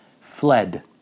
fled